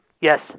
Yes